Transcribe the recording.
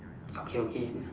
okay okay